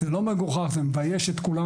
זה לא מגוחך זה מבייש את כולנו.